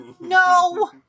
No